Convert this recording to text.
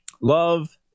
love